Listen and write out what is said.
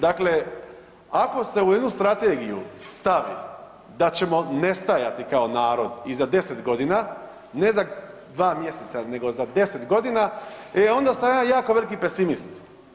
Dakle, ako se u jednu strategiju stavi da ćemo nestajati kao narod i za 10 godina, ne za dva mjeseca nego za 10 godina e onda sam ja jako veliki pesimist.